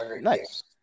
Nice